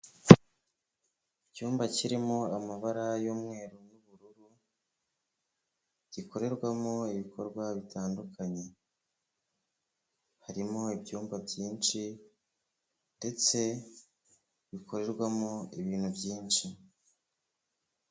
Icyumba kirimo amabara y'umweru n'ubururu gikorerwamo ibikorwa bitandukanye, harimo ibyumba byinshi ndetse bikorerwamo ibintu byinshi.